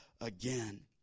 again